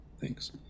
thanks